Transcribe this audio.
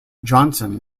johnson